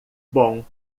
bom